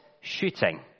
shooting